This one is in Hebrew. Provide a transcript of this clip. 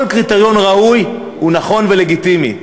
כל קריטריון ראוי הוא נכון ולגיטימי.